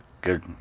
Good